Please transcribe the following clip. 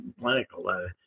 clinical